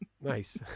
Nice